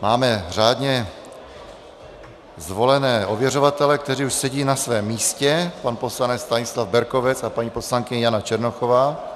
Máme řádně zvolené ověřovatele, kteří už sedí na svém místě, pan poslanec Stanislav Berkovec a paní poslankyně Jana Černochová.